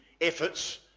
efforts